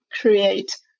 create